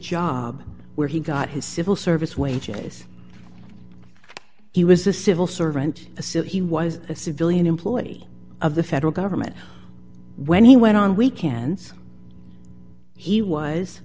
job where he got his civil service wages he was a civil servant a suit he was a civilian employee of the federal government when he went on weekends he was